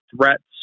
threats